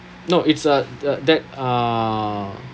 no it's at uh the that err